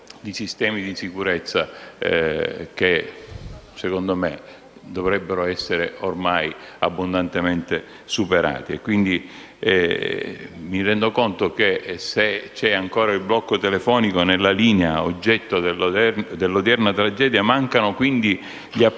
di sistemi di sicurezza, che secondo me dovrebbero essere ormai abbondantemente superati. Quindi mi rendo conto che, se c'è ancora il blocco telefonico nella linea oggetto dell'odierna tragedia, mancano gli appositi